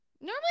normally